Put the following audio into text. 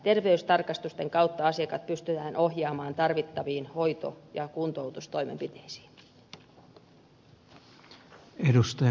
terveystarkastusten kautta asiakkaat pystytään ohjaamaan tarvittaviin hoito ja kuntoutustoimenpiteisiin